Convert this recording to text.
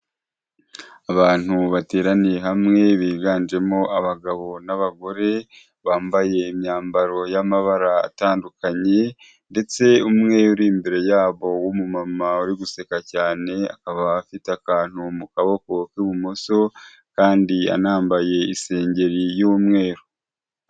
Abantu bateraniye hamwe biganjemo abagabo n'abagore, bambaye imyambaro y'amabara atandukanye ndetse umwe uri imbere yabo w'umumama uri guseka cyane, akaba afite akantu mu kaboko k'ibumoso kandi anambaye isengeri y'umweru.